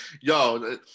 Yo